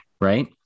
right